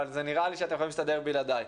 אבל נראה לי שאתם יכולים להסתדר בלעדיי.